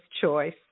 choice